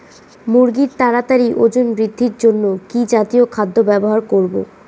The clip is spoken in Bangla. মুরগীর তাড়াতাড়ি ওজন বৃদ্ধির জন্য কি জাতীয় খাদ্য ব্যবহার করব?